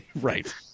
right